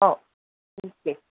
हो ठीक आहे